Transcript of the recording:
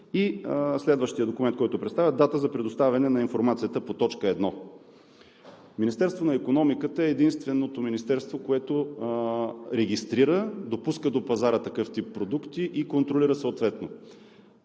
и следващият документ, който представят – дата за предоставяне на информацията по т. 1. Министерството на икономиката е единственото министерство, което регистрира, допуска до пазара такъв тип продукти и съответно